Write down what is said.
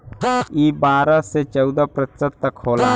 ई बारह से चौदह प्रतिशत तक होला